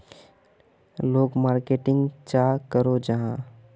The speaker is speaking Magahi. लोग मार्केटिंग चाँ करो जाहा?